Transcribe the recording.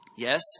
Yes